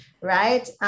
right